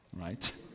right